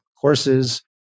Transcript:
courses